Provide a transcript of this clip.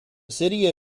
city